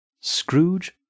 Scrooge